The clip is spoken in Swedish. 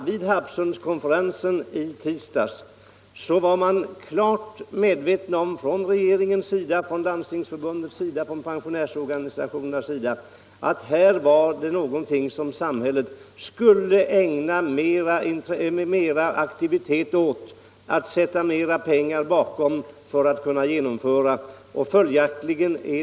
Vid Harpsundskonferensen i tisdags var man klart medveten om från regeringens, Landstingsförbundets och pensionärsorganisationernas sida att detta område borde ägnas mer aktivitet och att det borde sättas in mer pengar för det ändamålet.